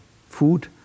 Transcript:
food